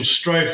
strife